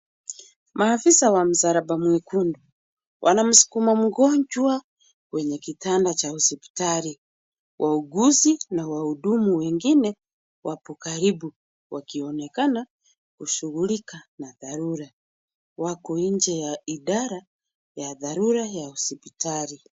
Maafisa wa msalaba mwekundu. Wanamsukuma mgonjwa kwenye kitanda cha hospitali. Wauguzi na wahudumu wengine wapo karibu, wakionekana kushughulika na dharura. Wako nje ya idara ya dharura ya hospitali.